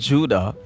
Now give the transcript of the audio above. Judah